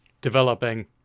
developing